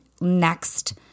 next